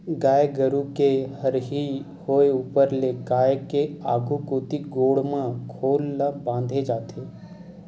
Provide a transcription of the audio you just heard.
गाय गरु के हरही होय ऊपर ले गाय के आघु कोती गोड़ म खोल ल बांधे जाथे